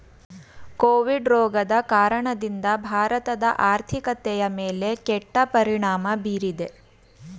Covid ರೋಗದ ಕಾರಣದಿಂದ ಭಾರತದ ಆರ್ಥಿಕತೆಯ ಮೇಲೆ ಕೆಟ್ಟ ಪರಿಣಾಮ ಬೀರಿದೆ